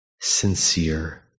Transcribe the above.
Sincere